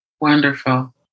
Wonderful